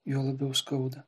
juo labiau skauda